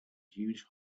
huge